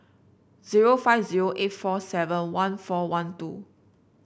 zero five zero eight four seven one four one two